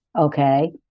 Okay